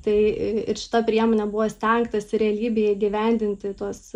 tai ir šita priemonė buvo stengtasi realybėj įgyvendinti tuos